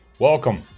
Welcome